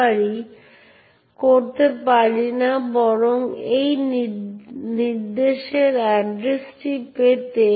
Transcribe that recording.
তাই এর মূলত অর্থ হল যে কেউ একটি নির্দিষ্ট ডিরেক্টরি সন্ধান করতে পারে তাই মূলত আপনি ডিরেক্টরির বিষয়বস্তু তালিকাভুক্ত করতে বা পড়তে পারবেন না